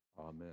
Amen